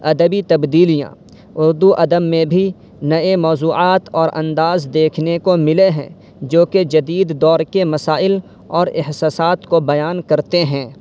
ادبی تبدیلیاں اردو ادب میں بھی نئے موضوعات اور انداز دیکھنے کو ملے ہیں جوکہ جدید دور کے مسائل اور احساسات کو بیان کرتے ہیں